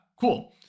Cool